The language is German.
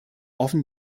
offen